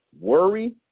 Worry